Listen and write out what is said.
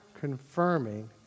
confirming